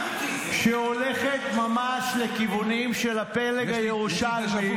שהולכת ממש לכיוונים של הפלג הירושלמי -- יש לי דז'ה וו,